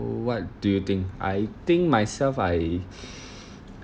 what do you think I think myself I